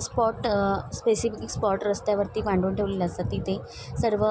spot specific spot रस्त्यावरती वांडून ठेवलेल्या असतात तिथे सर्व